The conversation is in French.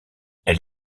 elle